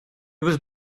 was